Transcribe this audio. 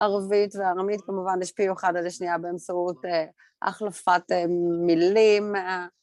ערבית וארמית כמובן השפיעו אחד על השנייה באמצעות החלפת מילים.